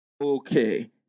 Okay